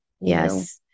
Yes